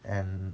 and